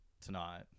tonight